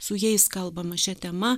su jais kalbama šia tema